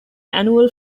annual